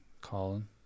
Colin